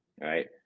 right